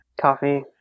Coffee